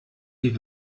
die